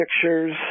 pictures